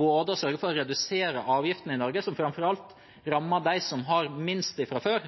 både for å sørge for å redusere avgiftene i Norge som framfor alt rammer dem som har minst fra før,